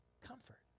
Comfort